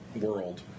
world